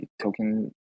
token